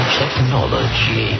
technology